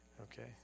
Okay